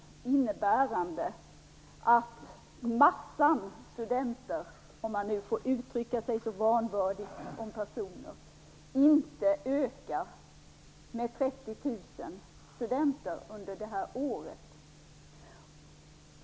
Det innebär att massan studenter, om man nu får uttrycka sig så vanvördigt om personer, inte ökar med 30 000 under det här året.